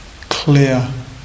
clear